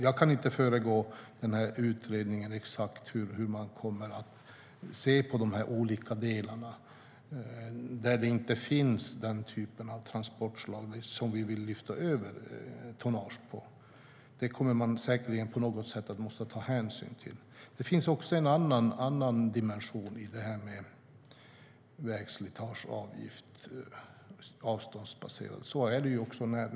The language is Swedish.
Jag kan inte föregå exakt hur den här utredningen kommer att se på dessa olika delar där den typ av transportslag som vi vill lyfta över tonnage på inte finns. Det här kommer man säkerligen på något sätt att vara tvungen att ta hänsyn till. Det finns också en annan dimension i det här med avståndsbaserad vägslitageavgift.